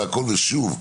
והכול שוב.